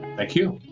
thank you